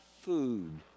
food